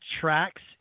tracks